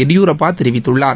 எடியூரப்பா தெரிவித்துள்ளார்